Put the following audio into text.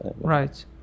Right